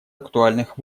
актуальных